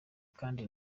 kandi